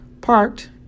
parked